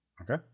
Okay